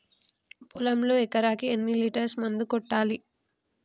పొలంలో ఎకరాకి ఎన్ని లీటర్స్ మందు కొట్టాలి?